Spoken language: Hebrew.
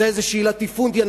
זה איזושהי לטיפונדיה,